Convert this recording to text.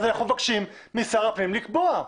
אנחנו מבקשים משר הפנים לקבוע.